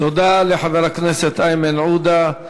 תודה לחבר הכנסת איימן עודה.